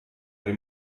den